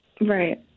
Right